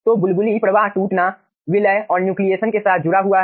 तो बुलबुली प्रवाह टूटना विलय और न्यूक्लिएशन के साथ जुड़ा हुआ है